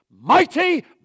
mighty